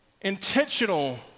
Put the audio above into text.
intentional